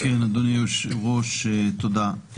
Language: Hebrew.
אדוני היושב-ראש, תודה.